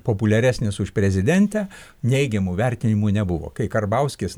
populiaresnis už prezidentę neigiamų vertinimų nebuvo kai karbauskis